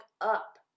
up